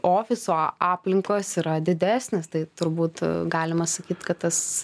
ofiso aplinkos yra didesnės tai turbūt galima sakyt kad tas